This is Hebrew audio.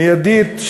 מיידית,